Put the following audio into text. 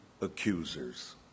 accusers